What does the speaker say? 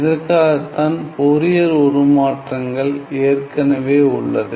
இதற்காகத்தான் ஃபோரியர் உருமாற்றங்கள் ஏற்கனவே உள்ளது